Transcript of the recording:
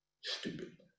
stupid